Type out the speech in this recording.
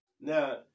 Now